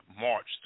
March